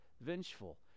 vengeful